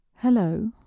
Hello